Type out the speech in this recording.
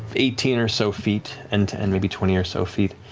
eighteen or so feet, end to end, maybe twenty or so feet,